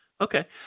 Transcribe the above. Okay